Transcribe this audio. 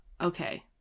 okay